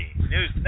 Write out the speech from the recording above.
News